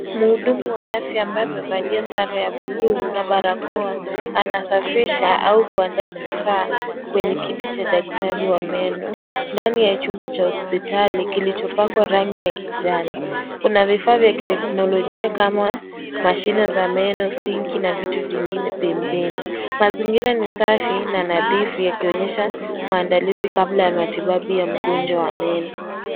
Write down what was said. Mhudumu wa afya ambaye amevalia sare ya bluu na barakoa anasafisha au kuandaa vifaa kwenye kiti cha daktari wa meno ndani ya chumba cha hospitali kilichopakwa rangi ya kijani. Kuna vifaa vya kiteknolojia kama mashine za meno, sinki na vitu vingine pembeni. Mazingira ni safi na nadhifu yakionyesha maandalizi kabla ya matibabu ya mgonjwa wa meno.